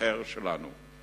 האחר שלנו,